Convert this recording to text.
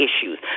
issues